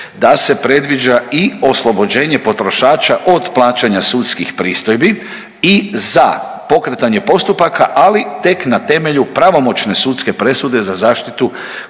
da se predviđa i oslobođenje potrošača od plaćanja sudskih pristojbi i za pokretanje postupaka, ali tek na temelju pravomoćne sudske presude za zaštitu